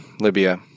Libya